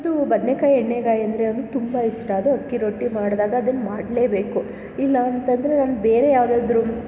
ಅದು ಬದ್ನೇಕಾಯಿ ಎಣ್ಣೇಗಾಯಿ ಅಂದರೆ ಅವ್ನಿಗೆ ತುಂಬ ಇಷ್ಟ ಅದು ಅಕ್ಕಿ ರೊಟ್ಟಿ ಮಾಡಿದಾಗ ಅದನ್ನು ಮಾಡಲೇಬೇಕು ಇಲ್ಲಾಂತಂದರೆ ಒಂದು ಬೇರೆ ಯಾವುದಾದ್ರು